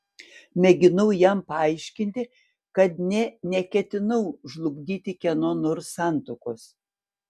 mėginau jam paaiškinti kad nė neketinau žlugdyti kieno nors santuokos